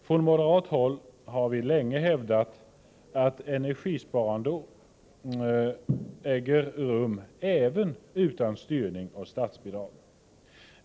Från moderat håll har vi länge hävdat att energisparande äger rum även utan styrning och statsbidrag.